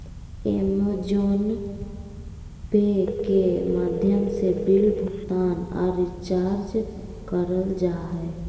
अमेज़ोने Pay के माध्यम से बिल भुगतान आर रिचार्ज करल जा हय